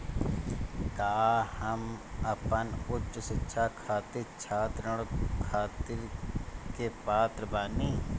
का हम अपन उच्च शिक्षा खातिर छात्र ऋण खातिर के पात्र बानी?